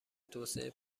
توسعه